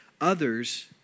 others